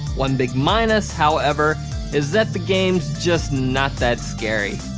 one big minus however is that the game's just not that scary.